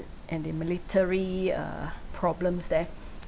and the military uh problems there